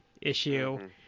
issue